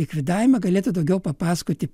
likvidavimą galėtų daugiau papasakoti